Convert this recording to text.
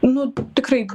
nu tikrai